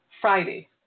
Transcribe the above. Friday